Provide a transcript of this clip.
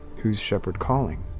who's shepherd calling?